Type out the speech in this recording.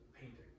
painting